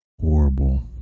horrible